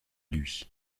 lui